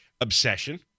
obsession